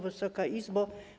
Wysoka Izbo!